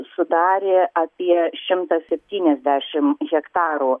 sudarė apie šimtą septyniasdešimt hektarų